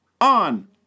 on